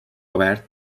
obert